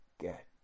get